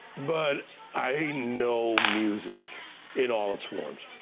but i know music in all its forms.